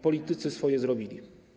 Politycy swoje zrobili.